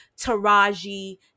taraji